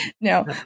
No